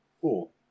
Cool